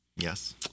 Yes